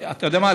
ואתה יודע מה?